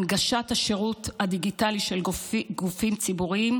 הנגשת השירות הדיגיטלי של גופים ציבוריים,